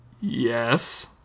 Yes